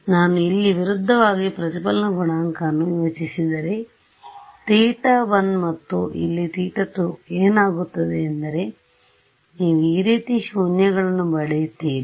ನಾನು ಇಲ್ಲಿ ವಿರುದ್ಧವಾಗಿ ಪ್ರತಿಫಲನ ಗುಣಾಂಕವನ್ನು ಯೋಜಿಸಿದರೆ θ1 ಮತ್ತು ಇಲ್ಲಿ θ2 ಏನಾಗುತ್ತದೆ ಎಂದರೆ ನೀವು ಈ ರೀತಿಯ ಶೂನ್ಯಗಳನ್ನು ಪಡೆಯುತ್ತೀರಿ